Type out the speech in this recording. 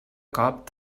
colp